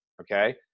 Okay